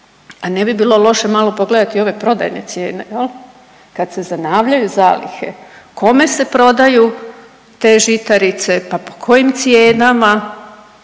a ne bi bilo loše malo pogledati i ove prodajne cijene jel, kad se zanavljaju zalihe kome se prodaju te žitarice pa po kojim cijenama,